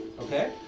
Okay